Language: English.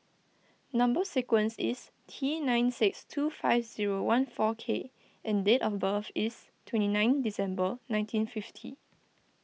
Number Sequence is T nine six two five zero one four K and date of birth is twenty nine December nineteen fifty